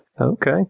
Okay